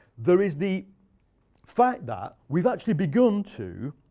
there is the fact that we've actually begun to,